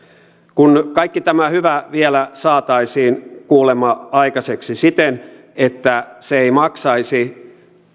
kun kaikki tämä hyvä vielä saataisiin kuulemma aikaiseksi siten että se ei maksaisi